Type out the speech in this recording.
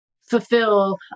fulfill